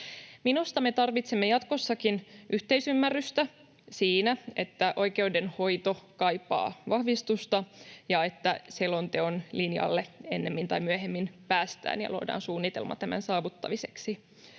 Minusta me tarvitsemme jatkossakin yhteisymmärrystä siinä, että oikeudenhoito kaipaa vahvistusta ja että selonteon linjalle ennemmin tai myöhemmin päästään ja luodaan suunnitelma tämän saavuttamiseksi.